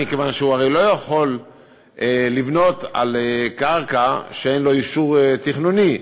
מכיוון שהוא הרי לא יכול לבנות על קרקע שאין לה אישור תכנוני.